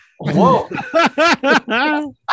whoa